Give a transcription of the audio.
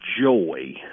joy